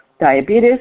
Diabetes